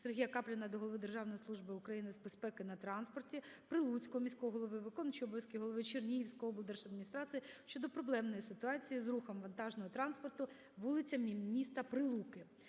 СергіяКапліна до Голови Державної служби України з безпеки на транспорті, Прилуцького міського голови, виконуючого обов'язки голови Чернігівської облдержадміністрації щодо проблемної ситуації з рухом вантажного транспорту вулицями міста Прилуки.